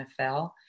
NFL